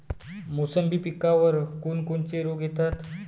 मोसंबी पिकावर कोन कोनचे रोग येतात?